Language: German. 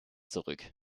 zurück